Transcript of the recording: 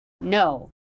no